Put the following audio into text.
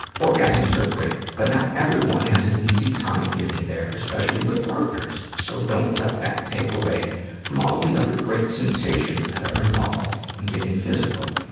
orgasms are great, but not everyone has an easy time getting there, especially with partners, so don't let that take away from all the other great sensations that are involved in getting physical.